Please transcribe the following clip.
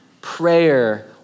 prayer